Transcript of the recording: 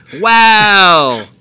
Wow